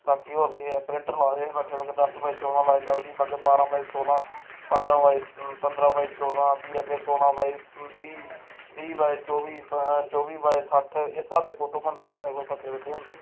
बाकी होर केह् ऐ प्रिंटर लाए दे हे बक्खरे बक्खरे दस बाय चौदां लाई लैओ जी अग्गें बारां बाई सोलां पंदारां बाए पंदरां बाई चौदां फ्ही अग्गें सोलां बाए बीह् बीह् बाय चौबी चौबी बाय सट्ठ इस स्हाबै दे फोटो बनदे साढ़े कोल बक्खरे बक्खरे होंदे